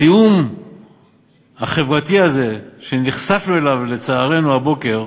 הזיהום החברתי הזה, שנחשפנו אליו, לצערנו, הבוקר